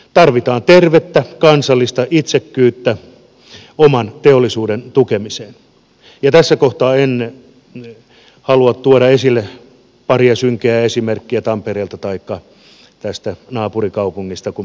tarvitaan tervettä kansallista itsekkyyttä oman teollisuuden tukemiseen ja tässä kohtaa en halua tuoda esille paria synkeää esimerkkiä tampereelta taikka tästä naapurikaupungista kun polttolaitostekniikoita on valittu